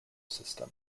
system